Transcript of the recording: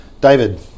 David